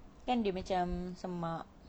kan dia macam semak